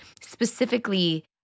Specifically